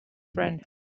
friend